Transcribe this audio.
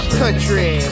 country